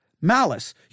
malice